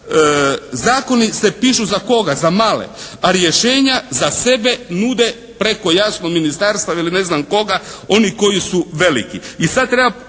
Zakoni se pišu za koga? Za male. A rješenja za sebe nude preko jasno ministarstva ili ne znam koga oni koji su veliki.